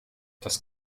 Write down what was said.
das